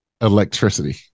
electricity